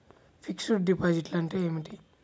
Fixed డిపాజిట్లు అంటే ఏమిటి?